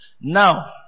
Now